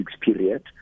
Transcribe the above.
period